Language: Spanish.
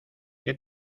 qué